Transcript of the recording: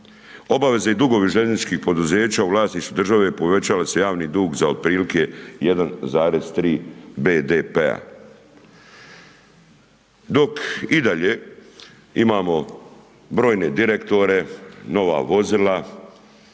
Obaveze i dugovi željezničkih poduzeća u vlasništvu države, povećava se javni dug, za otprilike 1,3 BDP-a. Dok, i dalje, imamo brojne direktore, nova vozila,